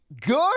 good